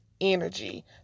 energy